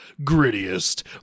grittiest